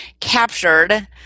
captured